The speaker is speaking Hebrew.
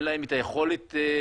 אין להם את היכולת בלימודים.